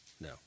No